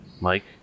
Mike